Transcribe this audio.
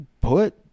put